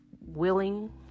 willing